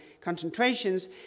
concentrations